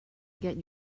get